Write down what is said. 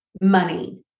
money